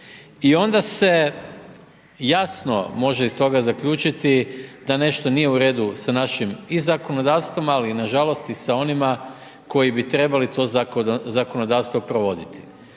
I onda se jasno može iz toga zaključiti da nešto nije u radu sa našim i zakonodavstvom, ali i nažalost i sa onima koji bi trebali to zakonodavstvo provoditi.